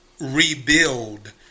rebuild